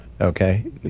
Okay